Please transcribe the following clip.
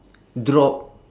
drop